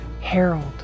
Harold